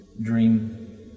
dream